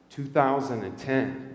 2010